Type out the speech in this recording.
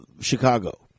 Chicago